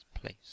place